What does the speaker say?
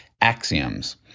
axioms